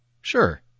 Sure